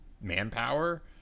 manpower